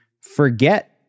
forget